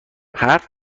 حرف